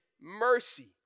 mercy